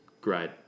Great